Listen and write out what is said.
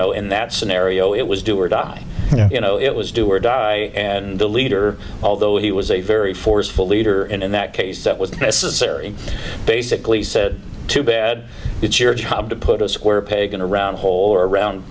know in that scenario it was do or die you know it was do or die and the leader although he was a very forceful leader in that case that was necessary basically said too bad it's your job to put a square peg in a round hole around